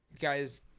guys